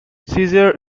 cesare